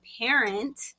parent